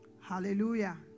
Hallelujah